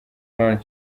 brown